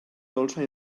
dolça